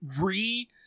re